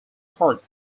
part